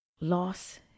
Loss